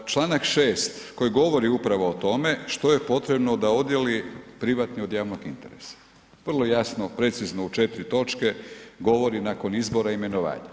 Čl. 6. koji govori upravo o tome što je potrebno da odjeli privatni od javnog interesa, vrlo jasno, precizno, u 4. točke govori nakon izbora imenovanja.